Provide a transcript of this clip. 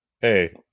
Hey